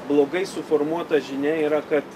blogai suformuota žinia yra kad